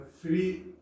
Free